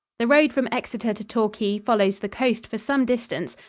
the road from exeter to torquay follows the coast for some distance,